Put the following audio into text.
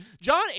John